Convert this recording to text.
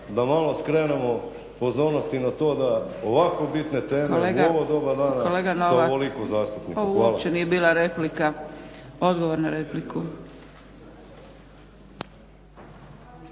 da malo skrenemo pozornost i na to da ovako bitne teme u ovo doba dana sa ovoliko zastupnika. Hvala.